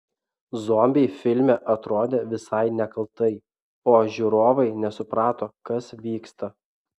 zombiai filme atrodė visai nekaltai o žiūrovai nesuprato kas vyksta